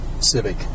Civic